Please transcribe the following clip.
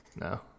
No